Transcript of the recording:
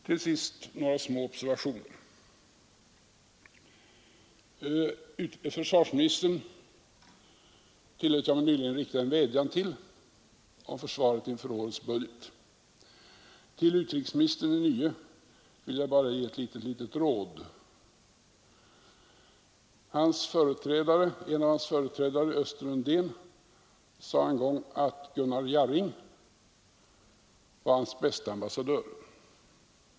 Till sist några små observationer. Jag tillät mig nyligen rikta en vädjan till försvarsministern om försvaret i årets budget. Till den nye utrikesministern vill jag bara ge ett litet råd. En av hans företrädare, Östen Undén, sade en gång att Gunnar Jarring var hans bästa ambassadör.